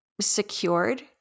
secured